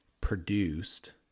produced